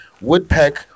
Woodpeck